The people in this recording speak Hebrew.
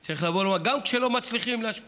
אני חושב שההפך הוא הנכון: גם כשלא מצליחים להשפיע,